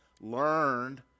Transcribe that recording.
Learned